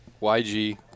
YG